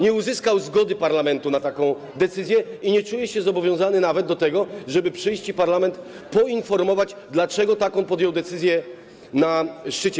Nie uzyskał zgody parlamentu na taką decyzję i nie czuje się zobowiązany nawet do tego, żeby przyjść i parlament poinformować, dlaczego podjął taką decyzję na szczycie.